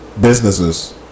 businesses